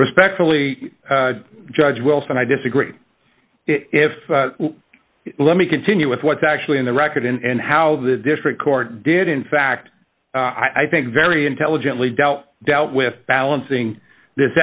respectfully judge wilson i disagree if you'll let me continue with what's actually in the record and how the district court did in fact i think very intelligently dealt dealt with balancing this